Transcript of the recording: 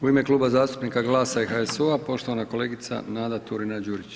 U ime Kluba zastupnika GLAS-a i HSU-a, poštovana kolegica Nada Turina-Đurić.